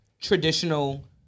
traditional